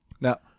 Now